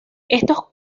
estos